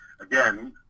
again